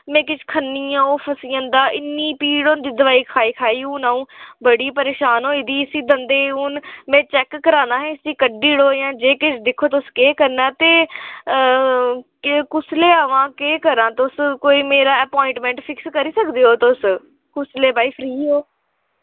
में किश खन्नी आं ओह् फसी जंदा इन्नी पीड़ होंदी दोआई खाई खाई हून अ'ऊं बड़ी परेशान होई गेदी इसी दंदें ई हून में चैक कराना हा इसी कड्ढी ओड़ो जां जे किश दिक्खो तुस केह् करना ते केह् कुसलै आमां केह् करां तुस कोई मेरा अपाइंटमैंट फिक्स करी सकदे ओ तुस कुसलै भई फ्री ओ